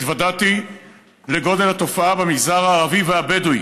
התוודעתי לגודל התופעה במגזר הערבי והבדואי.